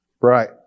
right